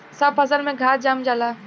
सब फसल में घास जाम जाला